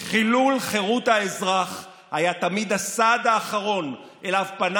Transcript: חילול חירות האזרח היה תמיד הסעד האחרון שאליו פנה